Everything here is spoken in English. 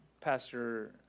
Pastor